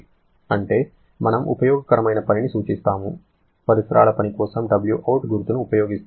అంటే మనము ఉపయోగకరమైన పనిని సూచిస్తాము పరిసరాల పని కోసం Wsurr గుర్తును ఉపయోగిస్తాము